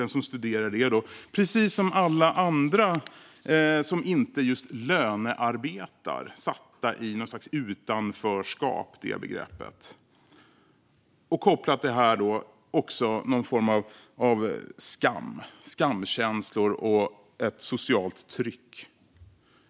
De som studerar är, precis som alla andra som inte lönearbetar, satta i något slags utanförskap och kopplat till det också någon form av skam, skamkänslor och ett socialt tryck.